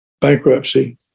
bankruptcy